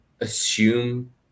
assume